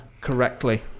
correctly